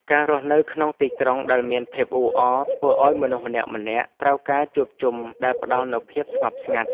ការរស់នៅក្នុងទីក្រុងដែលមានភាពអ៊ូអរធ្វើឱ្យមនុស្សម្នាក់ៗត្រូវការជួបជុំដែលផ្ដល់នូវភាពស្ងប់ស្ងាត់។